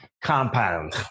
compound